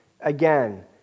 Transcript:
again